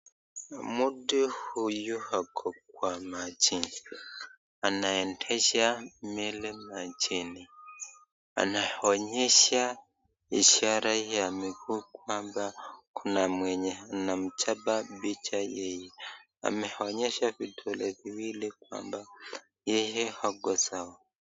Mtu huyu ako kwa majini anaendesha meli na [cs ] chaini anaonyesha ishara ya miguu kwamba kuna mwenye anamechapa picha yeye, ameonyesha vidole viwili kwamba yeye ako sawa.